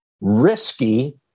risky